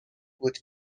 بود